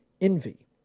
envy